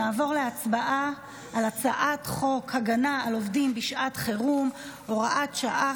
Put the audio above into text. נעבור להצבעה על הצעת חוק הגנה על עובדים בשעת חירום (הוראת שעה,